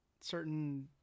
certain